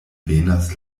venas